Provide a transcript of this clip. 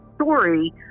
story